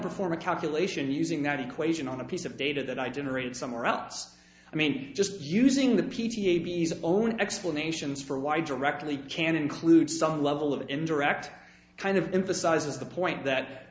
perform a calculation using that equation on a piece of data that i generated somewhere else i mean just using the p t abs own explanations for why directly can include some level of indirect kind of emphasizes the point that